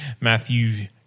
Matthew